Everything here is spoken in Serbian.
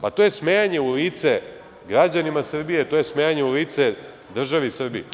Pa, to je smejanje u lice građanima Srbije, to je smejanje u lice državi Srbiji.